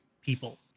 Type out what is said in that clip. people